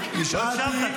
אבל הוא מטעה אותך.